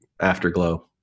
afterglow